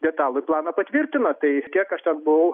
detalųjį planą patvirtino tai kiek aš ten buvau